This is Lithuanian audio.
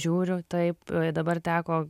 žiūriu taip dabar teko